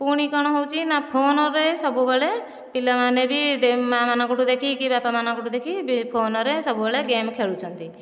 ପୁଣି କ'ଣ ହେଉଛି ନା ଫୋନରେ ସବୁବେଳେ ପିଲାମାନେ ବି ମା'ମାନଙ୍କଠୁ ଦେଖି କି ବାପା'ମାନଙ୍କଠୁ ଦେଖି ଫୋନରେ ସବୁବେଳେ ଗେମ୍ ଖେଳୁଛନ୍ତି